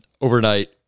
overnight